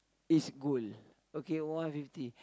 is good okay one fifty